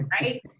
right